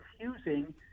confusing